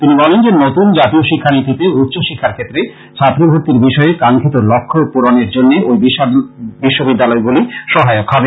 তিনি বলেন যে নতুন জাতীয় শিক্ষানীতিতে উচ্চশিক্ষার ক্ষেত্রে ছাত্রভর্তির বিষয়ে কাঙ্খিত লক্ষ্য পূরণের জন্য ঐ বিশ্ববিদ্যালয়গুলি সহায়ক হবে